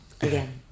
again